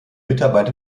mitarbeit